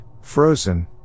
frozen